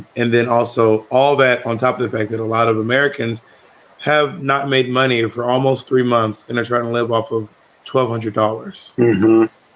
and then also all that on top of the fact that a lot of americans have not made money for almost three months and they're trying to live off of twelve hundred dollars.